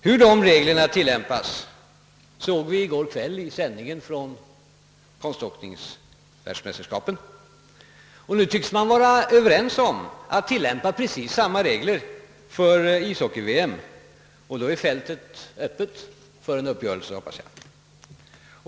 Hur dessa regler tillämpas, såg vi i går kväll vid sändningen från konståkningsvärldsmästerskapen. Nu tycks man emellertid vara överens om att tillämpa precis samma regler för ishockey-VM. och då är fältet öppet för en uppgörelse, hoppas jag.